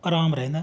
ਆਰਾਮ ਰਹਿੰਦਾ